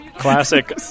Classic